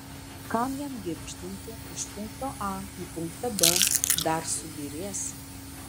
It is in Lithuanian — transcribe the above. kam jam girgždinti iš punkto a į punktą b dar subyrės